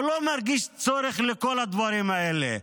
הוא לא מרגיש צורך בכל הדברים האלה.